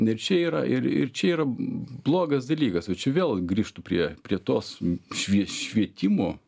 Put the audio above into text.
ir čia yra ir ir čia yra blogas dalykas va čia vėl grįžtu prie prie tos švie švietimo